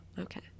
okay